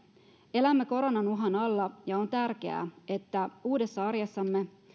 elämme koronan uhan alla ja on tärkeää että uudessa arjessamme